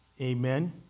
Amen